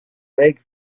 lake